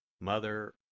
Mother